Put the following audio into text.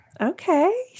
Okay